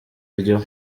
ryo